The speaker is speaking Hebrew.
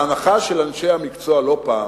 ההנחה של אנשי המקצוע לא פעם,